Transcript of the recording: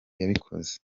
yabikoze